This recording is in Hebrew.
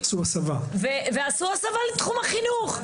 ועשו הסבה לתחום החינוך.